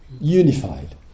unified